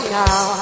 now